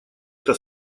эта